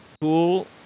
cool